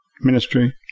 ministry